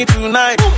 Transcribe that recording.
Tonight